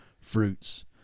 fruits